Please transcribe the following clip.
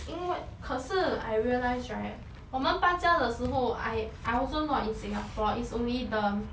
因为可是 I realise right 我们搬家的时候 I I also not in singapore it's only them